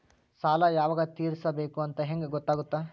ಸಾಲ ಯಾವಾಗ ತೇರಿಸಬೇಕು ಅಂತ ಹೆಂಗ್ ಗೊತ್ತಾಗುತ್ತಾ?